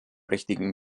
richtigen